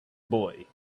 boy